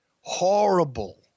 horrible